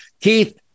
Keith